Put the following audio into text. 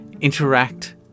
interact